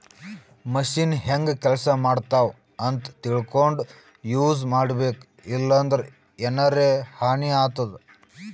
machine ಹೆಂಗ್ ಕೆಲಸ ಮಾಡ್ತಾವ್ ಅಂತ್ ತಿಳ್ಕೊಂಡ್ ಯೂಸ್ ಮಾಡ್ಬೇಕ್ ಇಲ್ಲಂದ್ರ ಎನರೆ ಹಾನಿ ಆತದ್